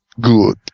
good